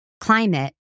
climate